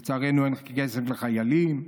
לצערנו, אין כסף לחיילים.